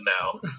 now